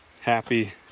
happy